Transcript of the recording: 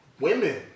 women